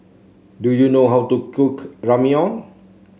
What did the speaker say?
do you know how to cook Ramyeon